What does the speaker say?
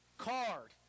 card